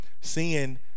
seeing